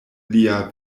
lia